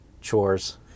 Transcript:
chores